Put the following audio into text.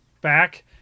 back